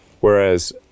Whereas